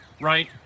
right